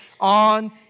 on